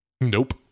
nope